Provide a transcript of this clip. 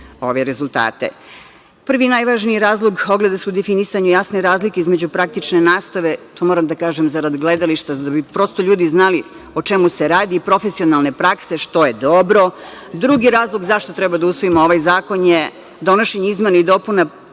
rezultate. Prvi i najvažniji razlog ogleda se u definisanju jasne razlike između praktične nastave, to moram da kažem zarad gledališta, da bi prosto ljudi znali o čemu se radi, i profesionalne prakse, što je dobro. Drugi razlog zašto treba da usvojimo ovaj zakon je donošenje izmena i dopuna,